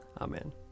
Amen